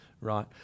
right